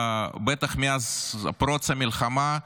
בטח מאז פרוץ המלחמה,